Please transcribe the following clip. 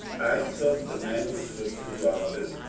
i took the manuscript to the office,